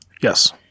Yes